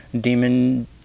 demon